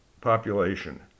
population